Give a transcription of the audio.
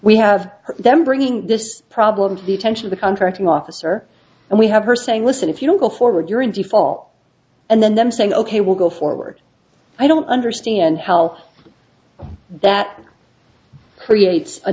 we have them bringing this problem to the attention of the contracting officer and we have her saying listen if you don't go forward you're in the fall and then them saying ok we'll go forward i don't understand how that creates a